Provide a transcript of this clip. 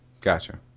gotcha